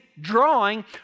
drawing